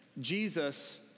Jesus